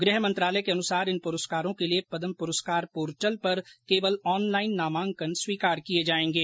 गृह मंत्रालय के अनुसार इन पुरस्कारों के लिए पद्म पुरस्कार पोर्टल पर केवल ऑनलाइन नामांकन स्वीकार किए जाएंगे